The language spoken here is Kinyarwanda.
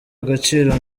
agaciro